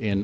in